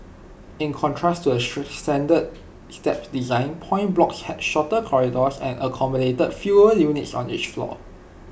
in contrast to the standard slab design point blocks had shorter corridors and accommodated fewer units on each floor